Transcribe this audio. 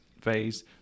phase